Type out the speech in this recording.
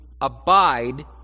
abide